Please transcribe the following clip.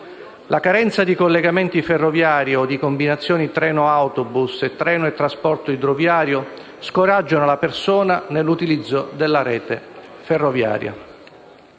La carenza di collegamenti ferroviari o di combinazioni treno-autobus e treno-trasporto idroviario scoraggiano la persona nell'utilizzo della rete ferroviaria.